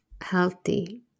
healthy